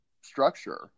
structure